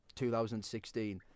2016